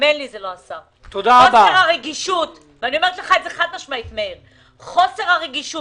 אני אומרת לך חד-משמעית, חוסר הרגישות